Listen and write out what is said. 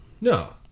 No